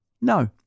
No